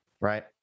right